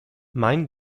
mein